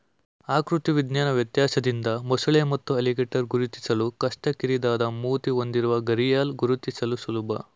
ಆಕೃತಿ ವಿಜ್ಞಾನ ವ್ಯತ್ಯಾಸದಿಂದ ಮೊಸಳೆ ಮತ್ತು ಅಲಿಗೇಟರ್ ಗುರುತಿಸಲು ಕಷ್ಟ ಕಿರಿದಾದ ಮೂತಿ ಹೊಂದಿರುವ ಘರಿಯಾಲ್ ಗುರುತಿಸಲು ಸುಲಭ